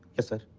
yes sir.